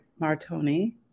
Martoni